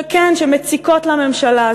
כן, שמציקות לממשלה.